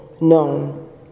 known